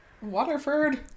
Waterford